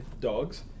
dogs